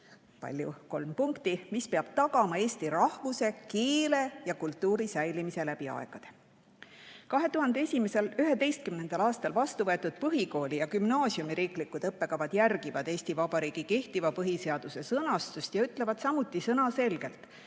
riiki [---], mis peab tagama eesti rahvuse, keele ja kultuuri säilimise läbi aegade." 2011. aastal vastu võetud põhikooli ja gümnaasiumi riiklikud õppekavad järgivad Eesti Vabariigi põhiseaduse sõnastust ja ütlevad samuti selge